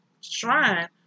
shrine